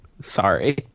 Sorry